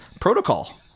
protocol